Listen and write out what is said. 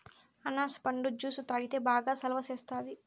అనాస పండు జ్యుసు తాగితే బాగా సలవ సేస్తాది